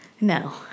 No